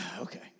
okay